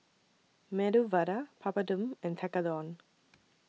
Medu Vada Papadum and Tekkadon